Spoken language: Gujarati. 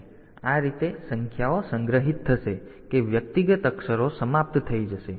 તેથી આ રીતે સંખ્યાઓ સંગ્રહિત થશે કે વ્યક્તિગત અક્ષરો સમાપ્ત થઈ જશે